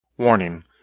Warning